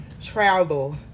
travel